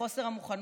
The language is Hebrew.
לחוסר המוכנות,